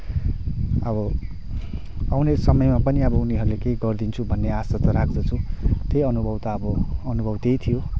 अब आउने समयमा पनि उनीहरूले केही गर्दिन्छु भन्ने आशा त राख्दछु त्यही अनुभव त अब अनुभव त्यही थियो